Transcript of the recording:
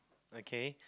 okay